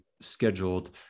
scheduled